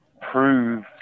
prove